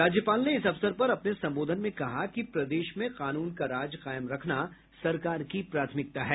राज्यपाल ने इस अवसर पर अपने संबोधन में कहा कि प्रदेश में कानून का राज कायम रखना सरकार की प्राथमिकता है